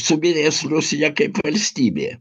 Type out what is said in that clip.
subyrės rusija kaip valstybė